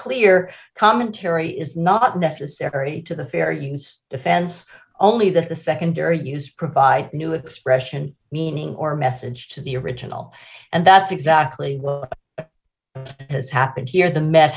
clear commentary is not necessary to the fair use defense only that the secondary use provide new expression meaning or message to the original and that's exactly has happened here the met